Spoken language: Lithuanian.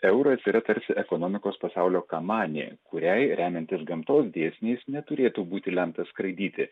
euras yra tarsi ekonomikos pasaulio kamanė kuriai remiantis gamtos dėsniais neturėtų būti lemta skraidyti